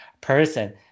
person